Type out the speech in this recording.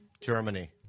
Germany